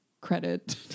credit